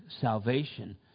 salvation